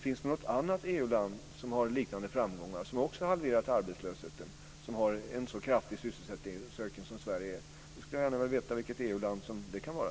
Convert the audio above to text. Finns det något annat EU-land, Ulla-Britt Hagström, som har liknande framgångar, som också har halverat arbetslösheten, som har en så kraftig sysselsättningsökning som Sverige? Vilket EU-land kan det vara?